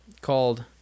called